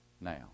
now